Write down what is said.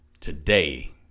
today